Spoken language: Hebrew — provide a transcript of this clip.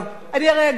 אני הרי אגיע.